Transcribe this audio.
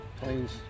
planes